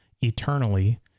eternally